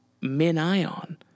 min-ion